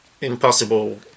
Impossible